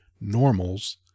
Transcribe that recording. normals